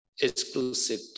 exclusive